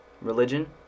religion